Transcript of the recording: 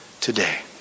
today